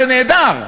זה נהדר.